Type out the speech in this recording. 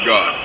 God